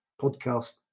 podcast